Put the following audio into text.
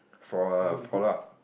for a follow up